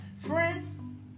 Friend